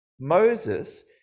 Moses